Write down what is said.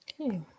Okay